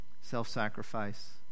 self-sacrifice